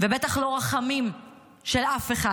ובטח לא רחמים של אף אחד.